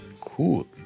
Cool